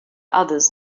others